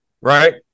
right